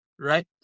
Right